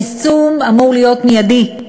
היישום אמור להיות מיידי,